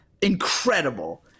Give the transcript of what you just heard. incredible